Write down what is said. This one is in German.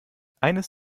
eines